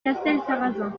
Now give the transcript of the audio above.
castelsarrasin